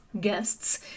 guests